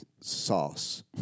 sauce